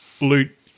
loot